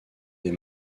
des